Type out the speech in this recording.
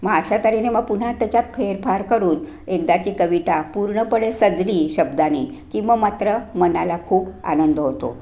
मग अशातऱ्हेने मग पुन्हा त्याच्यात फेरफार करून एकदाची कविता पूर्णपणे सजली शब्दांनी की मग मात्र मनाला खूप आनंद होतो